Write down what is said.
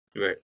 Right